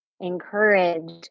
encouraged